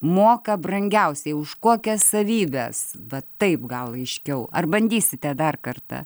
moka brangiausiai už kokias savybes va taip gal aiškiau ar bandysite dar kartą